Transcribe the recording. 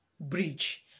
bridge